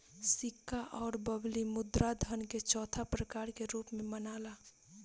सिक्का अउर बबली मुद्रा धन के चौथा प्रकार के रूप में मनाला